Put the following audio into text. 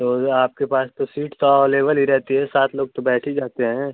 तो आपके पास तो सीट तो अवलेबल ही रहती है सात लोग तो बैठ ही जाते हैं